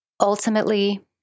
Ultimately